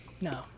No